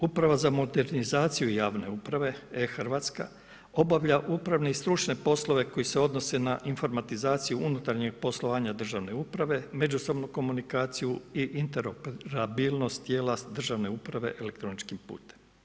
Upravo za modernizaciju javne uprave e-Hrvatska, obavlja upravne i stručne poslove koji se odnose na informatizaciju unutarnjeg poslovanja državne uprave, međusobnu komunikaciju i interoperabilnost tijela državne uprave elektroničkim putem.